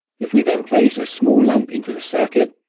if we then place a small lamp into the circuit,